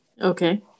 Okay